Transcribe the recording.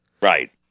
Right